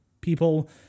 people